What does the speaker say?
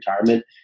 retirement